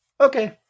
Okay